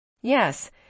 Yes